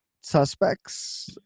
suspects